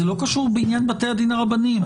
זה לא קשור בעניין בתי הדין הרבניים.